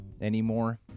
anymore